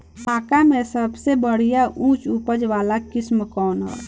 मक्का में सबसे बढ़िया उच्च उपज वाला किस्म कौन ह?